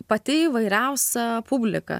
pati įvairiausia publika